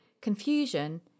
confusion